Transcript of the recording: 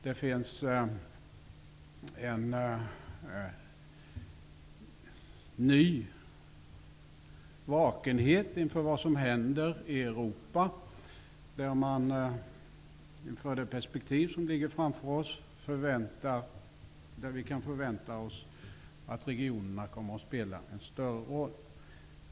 Det finns en ny vakenhet inför vad som händer i Europa, där vi inför det perspektiv som ligger framför oss kan förvänta oss att regionerna kommer att spela en större roll.